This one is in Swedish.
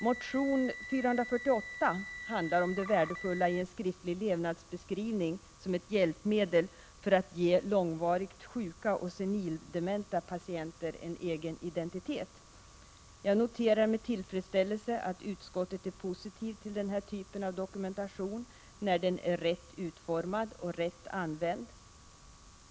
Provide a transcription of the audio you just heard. Motion 448 handlar om det värdefulla i en skriftlig levnadsbeskrivning som ett hjälpmedel för att ge långvarigt sjuka och senildementa patienter en egen identitet. Jag noterar med tillfredsställelse att utskottet är positivt till denna typ av dokumentation när den är rätt utformad och rätt använd.